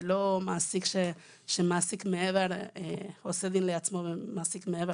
ולא מעסיק שמעסיק שעושה דין לעצמו ומעסיק מעבר